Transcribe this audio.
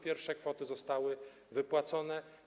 Pierwsze kwoty zostały już wypłacone.